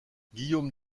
guillaume